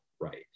right